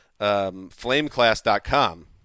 flameclass.com